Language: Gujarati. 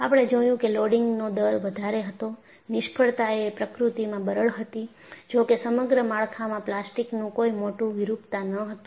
આપણે જોયું કે લોડિંગનો દર વધારે હતો નિષ્ફળતા એ પ્રકૃતિમાં બરડ હતી જો કે સમગ્ર માળખામાં પ્લાસ્ટિકનું કોઈ મોટુ વિરૂપતા ન હતું